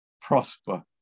prosper